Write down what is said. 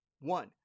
One